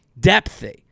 depthy